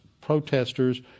Protesters